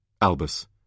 Albus